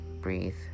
Breathe